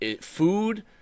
Food